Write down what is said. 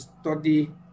study